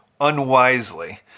unwisely